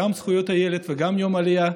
גם זכויות הילד וגם יום העלייה.